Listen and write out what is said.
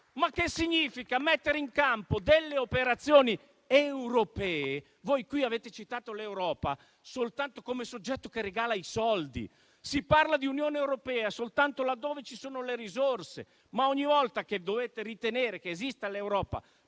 ma significa mettere in campo operazioni europee. Voi qui avete citato l'Europa soltanto come soggetto che regala i soldi; si parla di Unione europea soltanto laddove ci sono le risorse, ma ogni volta che dovete ritenere che esista l'Europa